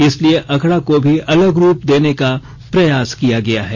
इसलिए अखडा को भी अलग रूप देने का प्रयास किया गया है